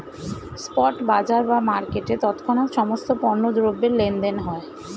spot বাজার বা মার্কেটে তৎক্ষণাৎ সমস্ত পণ্য দ্রব্যের লেনদেন হয়